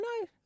no